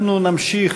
אנחנו נמשיך,